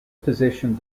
position